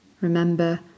Remember